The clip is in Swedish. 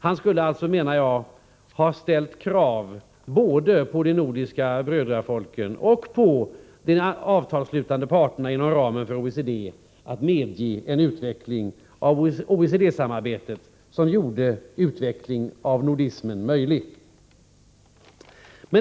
Han skulle alltså, menar jag, ha ställt krav på både de nordiska brödrafolken och de avtalsslutande parterna inom ramen för OECD att medge en utveckling av OECD-samarbetet som gör utvecklingen av nordismen möjlig.